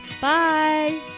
bye